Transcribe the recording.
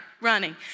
running